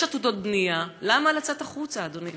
יש עתודות בנייה, למה לצאת החוצה, אדוני?